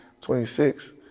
26